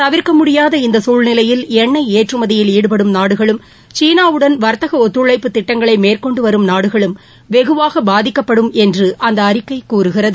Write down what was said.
தவிர்க்க முடியாத இந்த சூழ்நிலையில் எண்ணெய் ஏற்றுமதியில் ஈடுபடும் நாடுகளும் சீனாவுடன் வாத்தக ஒத்துழைப்பு திட்டங்களை மேற்கொண்டு வரும் நாடுகளும் வெகுவாக பாதிக்கப்படும் என்று அந்த அறிக்கை கூறுகிறது